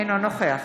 אינו נוכח